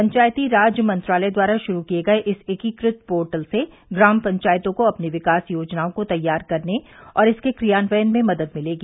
पंचायती राज मंत्रालय द्वारा शुरू किए गए इस एकीकृत पोर्टल से ग्राम पंचायतों को अपनी विकास योजनाओं को तैयार करने और इसके क्रियान्वयन में मदद मिलेगी